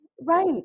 right